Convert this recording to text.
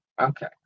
Okay